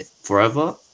forever